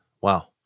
Wow